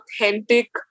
authentic